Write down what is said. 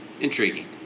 Intriguing